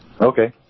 Okay